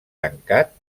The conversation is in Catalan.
tancat